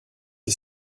ich